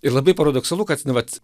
ir labai paradoksalu kad na vat